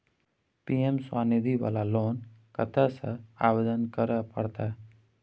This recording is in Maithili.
पी.एम स्वनिधि वाला लोन कत्ते से आवेदन करे परतै?